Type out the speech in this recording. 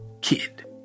kid